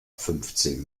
fünfzehn